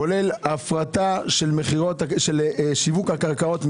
כולל הפרטה של שיווק הקרקעות,